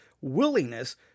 willingness